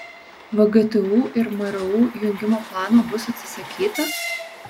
vgtu ir mru jungimo plano bus atsisakyta